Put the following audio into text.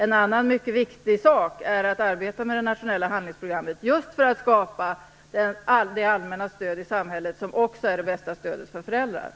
En annan mycket viktig sak är att arbeta med det nationella handlingsprogrammet just för att skapa det allmänna stöd i samhället som också är det bästa stödet för föräldrar.